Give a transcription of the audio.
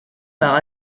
par